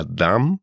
Adam